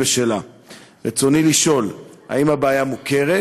רצוני לשאול: 1. האם הבעיה מוכרת?